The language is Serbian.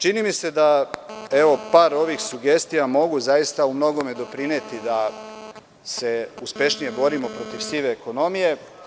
Čini mi se da par sugestija zaista mogu u mnogome doprineti da se uspešnije borimo protiv sive ekonomije.